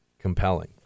compelling